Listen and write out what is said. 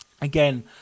Again